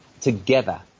together